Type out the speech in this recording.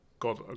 God